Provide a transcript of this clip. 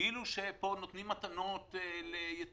כאילו שפה נותנים מתנות ליתומים